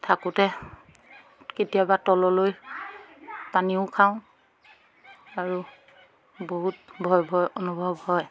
থাকোঁতে কেতিয়াবা তললৈ পানীও খাওঁ আৰু বহুত ভয় ভয় অনুভৱ হয়